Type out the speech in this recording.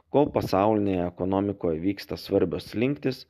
kol pasaulinėje ekonomikoje vyksta svarbios slinktys